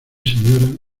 señora